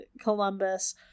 Columbus